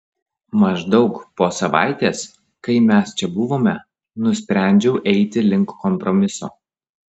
maždaug po savaitės kai mes čia buvome nusprendžiau eiti link kompromiso